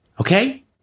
Okay